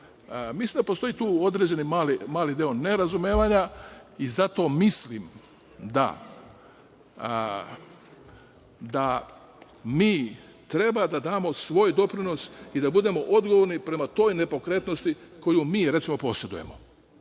Mislim da postoji tu određeni mali deo nerazumevanja i zato mislim da mi treba da damo svoj doprinos i da budemo odgovorni prema toj nepokretnosti koju mi posedujemo. Reći